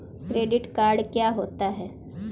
Credit card क्या होता है?